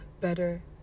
better